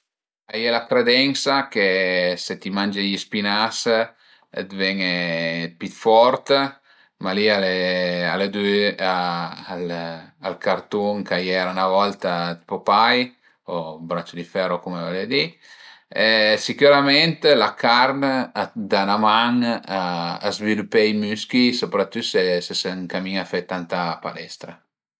A ie la credensa che se ti mange i spinas vene pi fort, ma li al e dü-ü al cartun ch'a iera 'na volta, Popeye, o Braccio di ferro, cume völe di e sicürament la carn a da 'na man a svilüpé i müschi sopratüt se ses ën camin a fe tanta palestra